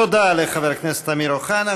תודה לחבר הכנסת אמיר אוחנה.